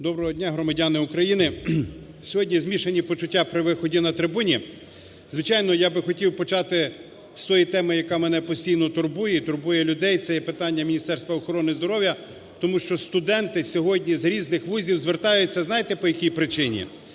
Доброго дня, громадяни України. Сьогодні змішані почуття при виході на трибуну. Звичайно, я би хотів почати з тої теми, яка мене постійно турбує і турбує людей, це є питання Міністерства охорони здоров'я, тому що студенти сьогодні з різних вузів звертаються, знаєте, по якій причині.